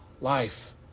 life